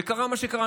וקרה מה שקרה.